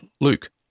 Luke